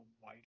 white